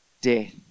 death